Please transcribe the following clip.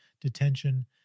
detention